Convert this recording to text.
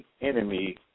enemy